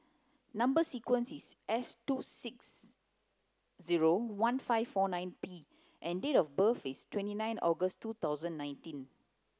number sequence is S two six zero one five four nine P and date of birth is twenty nine August two thousand nineteen